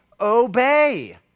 obey